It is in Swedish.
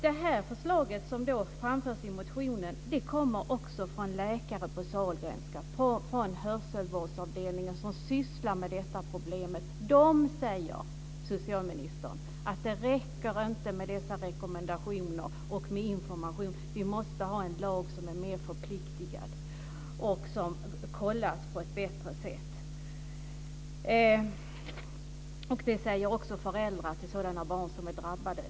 Det förslag som framförs i motionen grundar sig på vad läkare som sysslar med detta problem på De säger, socialministern, att det inte räcker med dessa rekommendationer och med information. Vi måste ha en lag som är mer förpliktande och som kollas på ett bättre sätt. Detta säger också föräldrar till barn som är drabbade.